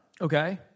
Okay